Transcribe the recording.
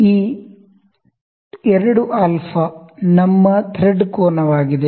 ಈ 2α ನಮ್ಮ ಥ್ರೆಡ್ ಕೋನವಾಗಿದೆ